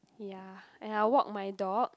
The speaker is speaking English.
ya and I walk my dog